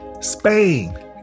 Spain